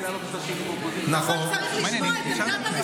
אז זהו, לזה אין עלות תקציבית, זה יותר קל.